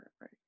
right